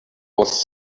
was